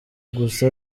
gusa